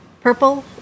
purple